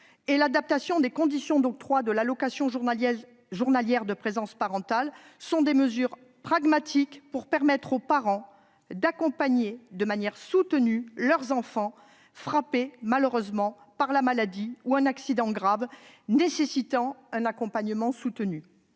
adapter les conditions d'octroi de l'allocation journalière de présence parentale sont des mesures pragmatiques pour permettre aux parents d'accompagner de manière soutenue leur enfant, frappé par la maladie ou un accident grave et nécessitant un accompagnement soutenu.